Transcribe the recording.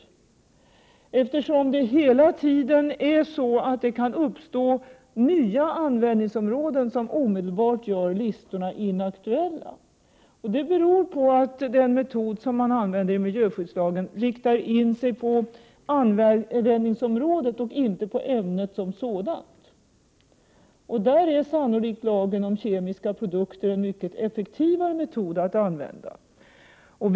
Det kan nämligen hela tiden uppstå nya användningsområden som omedelbart gör listorna inaktuella. Det beror på att den metod som man använder enligt miljöskyddslagen riktar in sig på användningsområdet och inte på ämnet som sådant. Därvidlag är sannolikt en effektivare metod att tillämpa lagen om kemiska produkter.